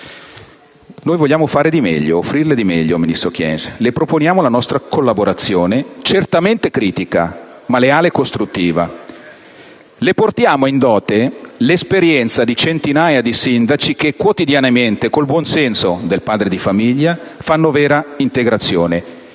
noi vogliamo offrirle di meglio, ministro Kyenge: le proponiamo la nostra collaborazione, certamente critica ma leale e costruttiva. Le portiamo in dote l'esperienza di centinaia di sindaci che quotidianamente, con il buonsenso del padre di famiglia, fanno vera integrazione